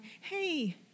hey